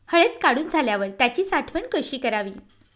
हळद काढून झाल्यावर त्याची साठवण कशी करावी?